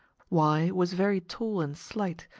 y was very tall and slight,